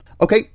okay